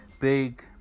big